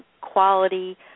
quality